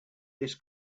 this